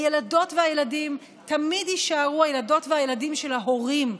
הילדות והילדים תמיד יישארו הילדות והילדים של ההורים,